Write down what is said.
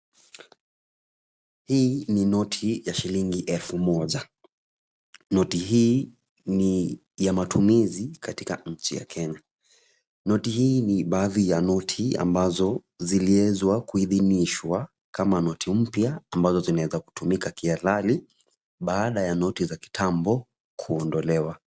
Hii ni noti ya shilingi elfu moja. Noti hii ni ya matumizi katika nchi ya Kenya. Noti hii ni baadhi ya noti ambazo ziliwezwa kuidhinishwa kama noti mpya ambazo zinaweza kutumika kihalali baada ya noti za kitambo kuondolewa.